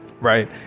right